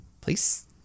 please